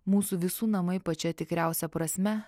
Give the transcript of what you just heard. mūsų visų namai pačia tikriausia prasme